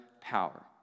power